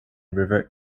river